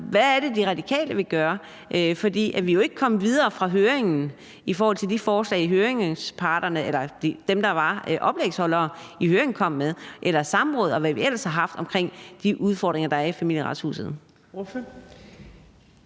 hvad er det, De Radikale vil gøre? For vi er jo ikke kommet videre fra høringen i forhold til de forslag, som dem, der var oplægsholdere i høringen, kom med, eller samråd, og hvad vi ellers har haft omkring de udfordringer, der er i Familieretshuset.